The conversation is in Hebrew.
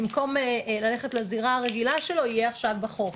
במקום ללכת לזירה הרגילה שלו יהיה עכשיו בחוף,